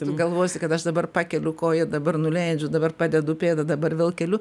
tu galvosi kad aš dabar pakeliu koją dabar nuleidžiu dabar padedu pėdą dabar vėl keliu